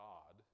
God